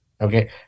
Okay